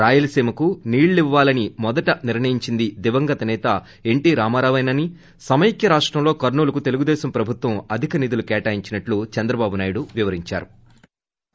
రాయలసీమ నీల్లివ్వాలని మొదట నిర్ణయించింది దివ్రంగత సేత ఎన్షీఆరే నని సమైక్య రాష్టంలో కర్పూలుకు తెలుగుదేశం ప్రభుత్వం అధిక నిధులు కేటాయించినట్లు చంద్రబాబు వివరించారు